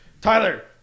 Tyler